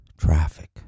traffic